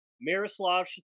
Miroslav